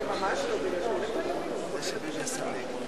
57. הצעת ועדת הכנסת לא נתקבלה.